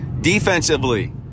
Defensively